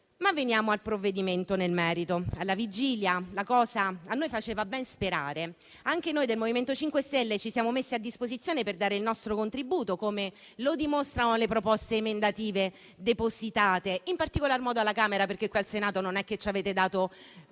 Ma veniamo al provvedimento nel merito. All'inizio la cosa ci faceva ben sperare, anche noi del MoVimento 5 Stelle ci siamo messi a disposizione per dare il nostro contributo, come dimostrano le proposte emendative depositate in particolar modo alla Camera, perché qui in Senato non è che ci abbiate dato